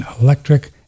electric